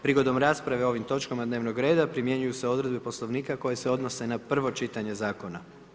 Prigodom rasprave o ovim točkama dnevnog reda primjenjuju se odredbe Poslovnika koje se odnose na prvo čitanje zakona.